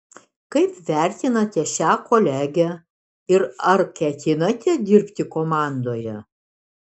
kaip vertinate šią kolegę ir ar ketinate dirbti komandoje